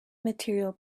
material